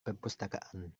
perpustakaan